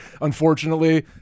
unfortunately